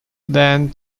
than